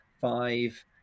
five